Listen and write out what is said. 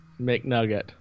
McNugget